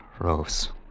Rose